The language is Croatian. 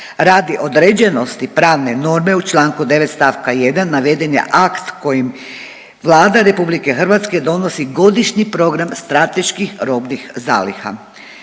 Radi određenosti pravne norme u Članku 9. stavka 1. naveden je akt kojim Vlada RH donosi godišnji program strateških robnih zaliha.